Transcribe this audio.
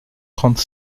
trente